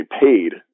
paid